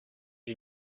you